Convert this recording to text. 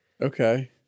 Okay